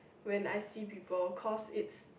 when I see people cause it's